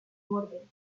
muerte